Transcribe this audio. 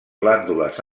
glàndules